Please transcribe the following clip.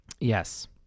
yes